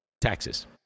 Taxes